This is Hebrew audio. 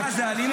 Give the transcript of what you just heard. מה, זו אלימות.